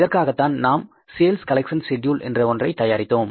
இதற்காகத்தான் நாம் sales collection schedule என்ற ஒன்றை தயாரித்தோம்